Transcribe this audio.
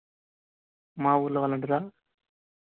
మా ఊళ్ళో వాలంటీరా